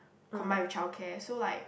combine with childcare so like